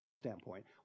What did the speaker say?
standpoint